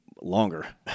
longer